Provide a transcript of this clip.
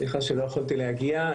סליחה שלא יכולתי להגיע.